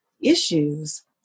issues